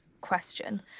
question